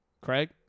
Craig